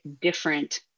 different